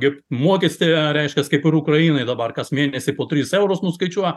mokestį reiškias kaip ir ukrainai dabar kas mėnesį po tris eurus nuskaičiuoja